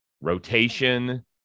rotation